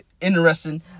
interesting